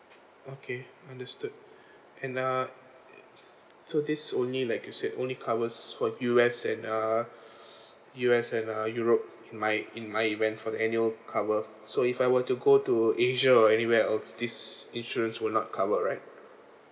okay understood and uh so this only like you said only covers for U_S and uh U_S and uh europe in my in my event for the annual cover so if I were to go to asia or anywhere else this insurance will not cover right